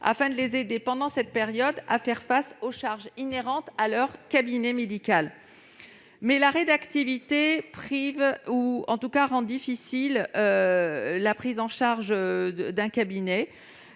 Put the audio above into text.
afin de les aider, pendant cette période, à faire face aux charges inhérentes à la gestion du cabinet médical. Mais l'arrêt d'activité rend difficile la prise en charge d'un cabinet.